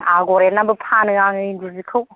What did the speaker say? आग'र एरनानैबो फानो आङो इन्दि सिखौ